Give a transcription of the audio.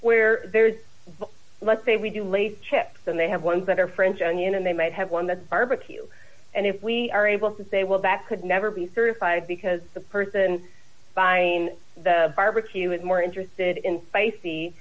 where there's let's say we do lace chips and they have ones that are french onion and they might have one the barbecue and if we are able to say will that could never be certified because the person buying the barbecue is more interested in spicy